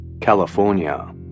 California